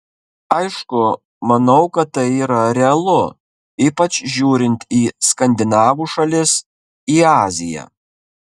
aišku manau kad tai yra realu ypač žiūrint į skandinavų šalis į aziją